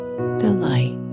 Delight